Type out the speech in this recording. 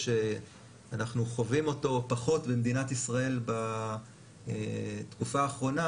שאנחנו חווים אותו פחות במדינת ישראל בתקופה האחרונה,